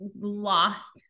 lost